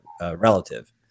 relative